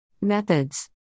Methods